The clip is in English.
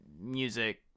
music